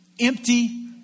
empty